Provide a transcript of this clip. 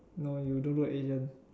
no you don't look Asian